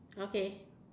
okay